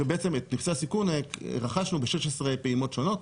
בעצם את נכסי הסיכון רכשנו ב-16 פעימות שונות.